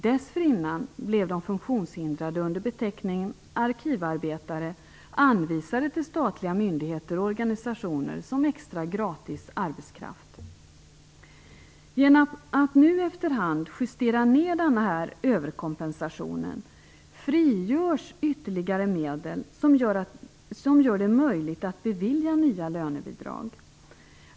Dessförinnan blev de funktionshindrade under beteckningen "arkivarbetare" anvisade till statliga myndigheter och organisationer som extra gratis arbetskraft. Genom att nu efter hand justera ned denna överkompensation frigörs ytterligare medel som gör det möjligt att bevilja nya lönebidrag.